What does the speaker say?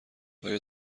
آیا